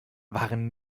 waren